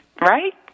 right